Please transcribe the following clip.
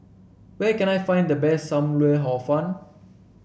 where can I find the best Sam Lau Hor Fun